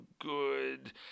good